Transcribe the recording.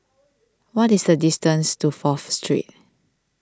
what is the distance to Fourth Street